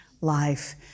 life